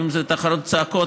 אם זאת תחרות צעקות,